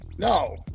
No